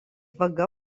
vaga